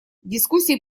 дискуссии